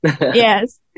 yes